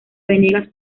venegas